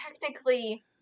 technically